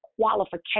qualification